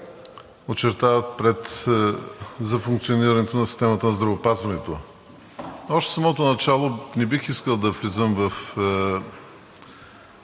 очертават за функционирането на системата на здравеопазването. Още в самото начало не бих искал да влизам в